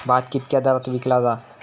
भात कित्क्या दरात विकला जा?